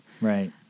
Right